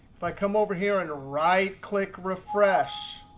if i come over here and right-click refresh,